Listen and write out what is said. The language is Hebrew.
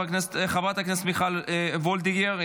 חברת הכנסת מיכל וולדיגר,